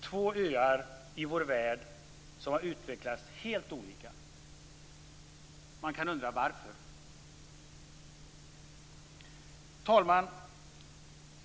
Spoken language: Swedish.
Två öar i vår värld som har utvecklats helt olika. Man kan undra varför. Herr talman!